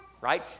Right